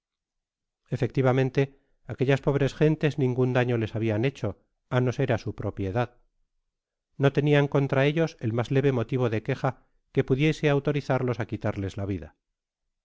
efectivamente aquellas pobres gentes ningun daño les habian hecho á no ser á su propiedad no tenian contra ellos el mas leve motivo de qaeja que pudiese autoritarios á quitarles la vida